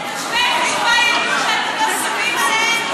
זה לא מכובד.